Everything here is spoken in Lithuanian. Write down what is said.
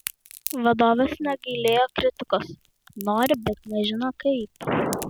vadovas negailėjo kritikos nori bet nežino kaip